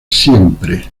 siempre